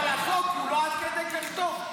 אבל החוק הוא לא עד כדי כך טוב.